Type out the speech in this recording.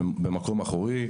במקום אחורי.